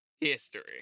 history